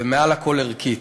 ומעל לכול ערכית.